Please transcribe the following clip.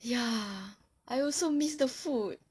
ya I also miss the food